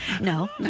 No